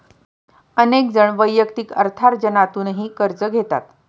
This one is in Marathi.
अनेक जण वैयक्तिक अर्थार्जनातूनही कर्ज घेतात